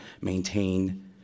maintain